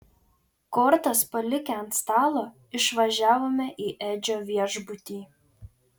kortas palikę ant stalo išvažiavome į edžio viešbutį